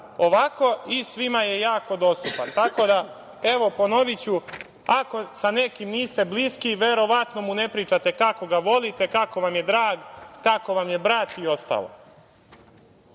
ovako i svima je jako dostupan. Ponoviću, ako sa nekim niste bliski, verovatno mu ne pričate kako ga volite, kako vam je drag, kako vam je brat i ostalo. Takođe,